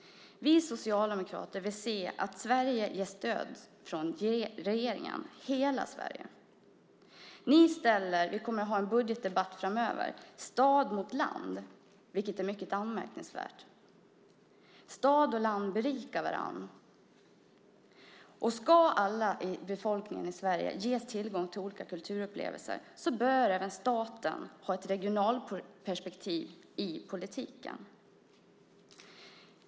Vi socialdemokrater vill se att regeringen ger stöd till hela Sverige. Vi kommer att ha en budgetdebatt framöver. Ni ställer stad mot land, vilket är mycket anmärkningsvärt. Stad och land berikar varandra. Ska alla i befolkningen i Sverige ges tillgång till olika kulturupplevelser bör även staten ha ett regionalt perspektiv i politiken.